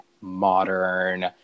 modern